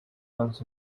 runs